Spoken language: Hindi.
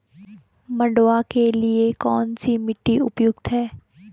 मंडुवा के लिए कौन सी मिट्टी उपयुक्त है?